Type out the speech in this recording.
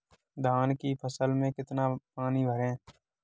धान की फसल में कितना पानी भरें?